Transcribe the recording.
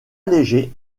allégée